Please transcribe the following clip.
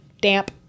damp